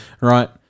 Right